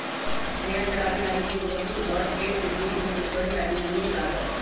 भेड़ा चाराबे लागी एगो बहुत बड़ भेड़ के घुम घुम् कें चरे लागी जमिन्न लागत